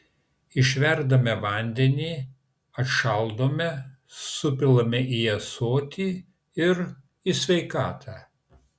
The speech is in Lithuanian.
išverdame vandenį atšaldome supilame į ąsotį ir į sveikatą